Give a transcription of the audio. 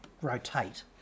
rotate